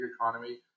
economy